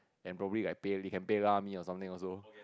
and probably I pay you can pay lah me or something also